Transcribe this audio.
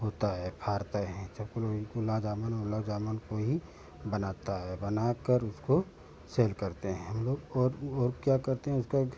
होता है फ़ारते हैं जब गुला जामुन गुलाब जामुन वही बनाते हैं बना कर उसको सेल करते हैं हम लोग और और क्या करते हैं उसका एक